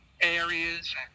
areas